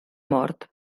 mort